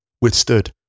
withstood